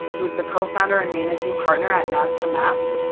who is the cofounder and managing partner at nazka mapps.